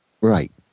Right